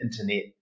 internet